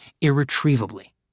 irretrievably